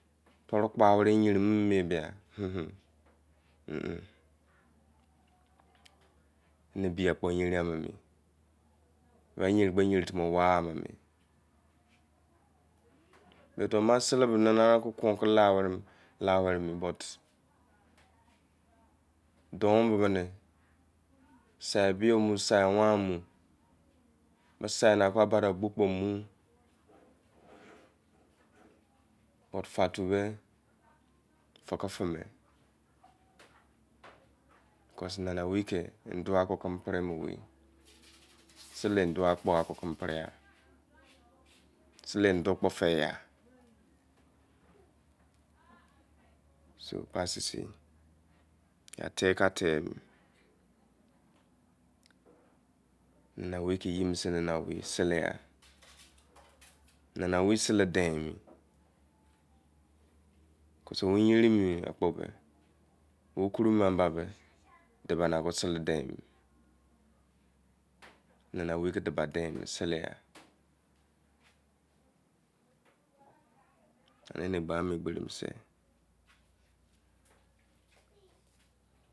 Torukpa yanin ne bia hura, ba yerin timi owa, ba sele he nana kweremu, but fantu men-fenike far meha, nanawei ke udorh ke ke-manpremumu, sele udoh akpo ke kemu pere-la sele doh kpo fen- yar atein ka atein mene nana owoo ke ye bo si, sele ya nana owui sele den, hu oush yana enaibe gba gbomi gberi bo